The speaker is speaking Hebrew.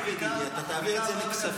אם תעביר את זה לכספים,